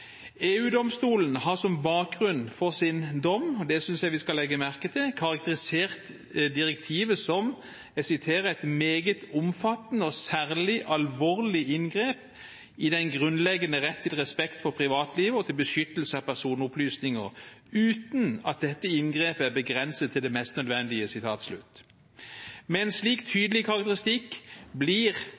EU-domstolen har som bakgrunn for sin dom – det synes jeg vi skal legge merke til – karakterisert direktivet som: et meget omfattende og særlig alvorlig inngrep i den grunnleggende rett til respekt for privatlivet og til beskyttelse av personopplysninger, uten at dette inngrepet er begrenset til det mest nødvendige». Med en slik tydelig karakteristikk blir